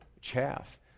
chaff